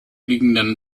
liegenden